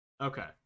Okay